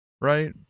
right